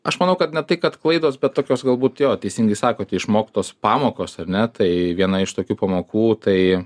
aš manau kad ne tai kad klaidos bet tokios galbūt jo teisingai sakote išmoktos pamokos ar ne tai viena iš tokių pamokų tai